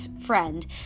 friend